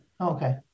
Okay